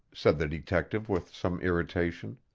said the detective with some irritation.